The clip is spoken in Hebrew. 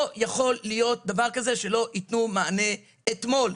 לא יכול להיות דבר כזה, שלא יתנו מענה - ואתמול.